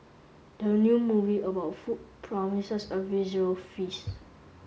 the new movie about food promises a visual feast